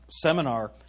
seminar